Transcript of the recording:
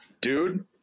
Dude